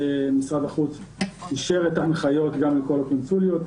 משרד החוץ אישר את ההנחיות גם לכל הקונסוליות.